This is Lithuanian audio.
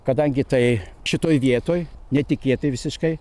kadangi tai šitoj vietoj netikėtai visiškai